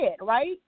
right